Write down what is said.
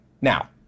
Now